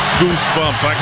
goosebumps